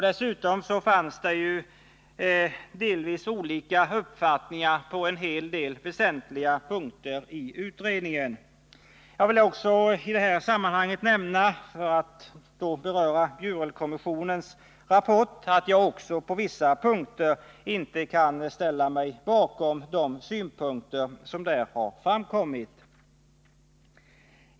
Dessutom förekom i utredningen olika uppfattningar på en hel del väsentliga punkter. Jag vill i detta sammanhang också nämna — för att nu beröra Bjurelkommissionens rapport — att jag på vissa punkter inte kan ställa mig bakom det som där framkommit.